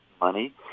money